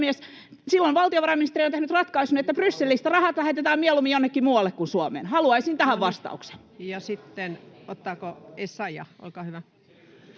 silloin valtiovarainministeriö on tehnyt ratkaisun, että Brysselistä rahat lähetetään mieluummin jonnekin muualle kuin Suomeen. Haluaisin tähän vastauksen.